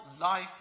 life